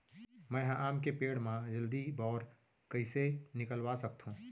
मैं ह आम के पेड़ मा जलदी बौर कइसे निकलवा सकथो?